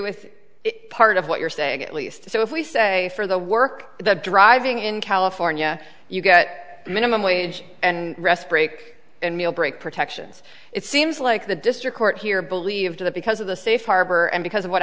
with part of what you're saying at least so if we say for the work that driving in california you get minimum wage and rest break and we'll break protections it seems like the district court here believe that because of the safe harbor and because of what